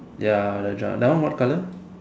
ya the dri that one what colour